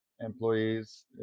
employees